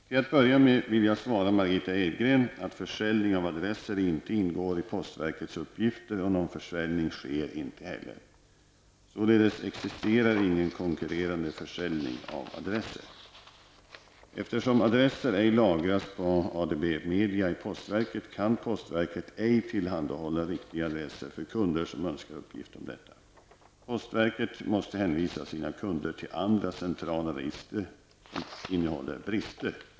Till att börja med vill jag svara Margitta Edgren att försäljning av adresser inte ingår i postverkets uppgifter, och någon försäljning sker inte heller. Således existerar ingen konkurrerande försäljning av adresser. Eftersom adresser ej lagras på ADB-media i postverket kan postverket ej tillhandahålla riktiga adresser för kunder som önskar uppgift om detta. Postverket måste hänvisa sina kunder till andra centrala register som innehåller brister.